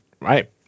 Right